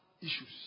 issues